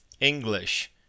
English